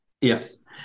Yes